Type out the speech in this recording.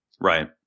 Right